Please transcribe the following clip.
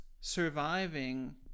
surviving